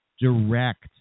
Direct